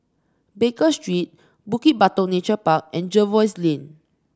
Baker Street Bukit Batok Nature Park and Jervois Lane